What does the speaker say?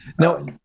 no